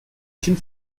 kind